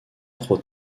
trop